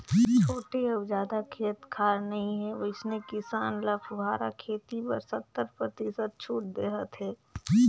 छोटे अउ जादा खेत खार नइ हे वइसने किसान ल फुहारा खेती बर सत्तर परतिसत छूट देहत हे